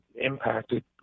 impacted